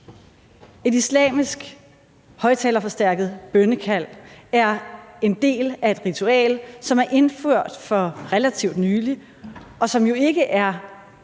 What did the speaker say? Et islamisk højtalerforstærket bønnekald er en del af et ritual, som er indført for relativt nylig, og som jo ikke er